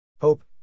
Hope